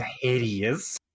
hideous